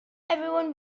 everyone